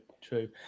true